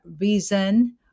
reason